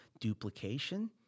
duplication